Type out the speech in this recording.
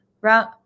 round